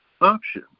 option